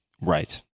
right